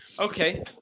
Okay